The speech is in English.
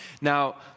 Now